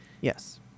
Yes